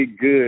good